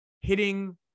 hitting